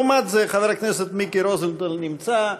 לעומת זה, חבר הכנסת מיקי רוזנטל נמצא.